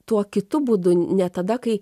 tuo kitu būdu ne tada kai